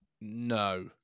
no